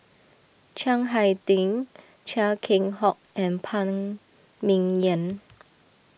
Chiang Hai Ding Chia Keng Hock and Phan Ming Yen